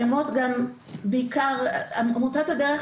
עמותת הדרך,